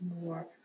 more